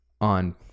on